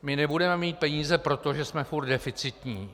My nebudeme mít peníze proto, že jsme furt deficitní.